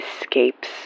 escapes